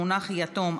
המונח יתום),